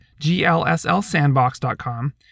glslsandbox.com